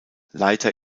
leiter